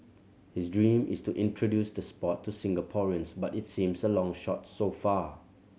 his dream is to introduce the sport to Singaporeans but its seems a long shot so far